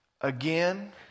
again